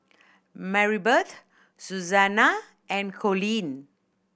Maribeth Susannah and Coleen